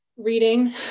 reading